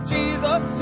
Jesus